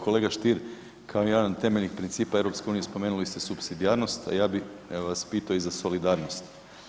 Kolega Stier, kao jedan od temeljnih principa EU spomenuli ste supsidijarnost, a ja bih vas pitao i za solidarnost.